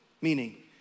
meaning